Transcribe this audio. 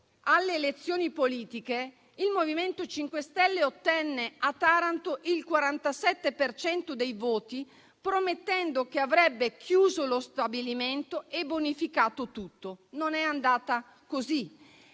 alle elezioni politiche, il MoVimento 5 Stelle ottenne a Taranto il 47 per cento dei voti, promettendo che avrebbe chiuso lo stabilimento e bonificato tutto. Non è andata così,